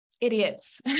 idiots